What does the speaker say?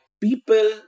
people